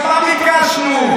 מה ביקשנו?